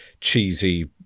Cheesy